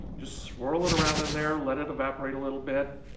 just swirl it around in there, and let it evaporate a little bit.